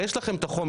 הרי יש לכם את החומר,